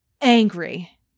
angry